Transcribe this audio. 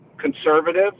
conservative